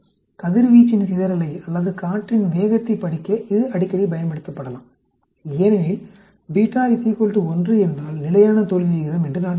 கதிர்வீச்சின் சிதறலை அல்லது காற்றின் வேகத்தைப் படிக்க இது அடிக்கடி பயன்படுத்தப்படலாம் ஏனெனில் 1 என்றால் நிலையான தோல்வி விகிதம் என்று நான் சொன்னேன்